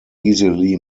easily